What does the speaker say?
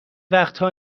وقتها